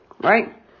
right